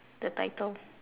the title